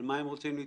שחלק מהבעיות שהיו,